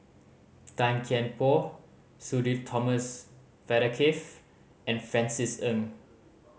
Tan Kian Por Sudhir Thomas Vadaketh and Francis Ng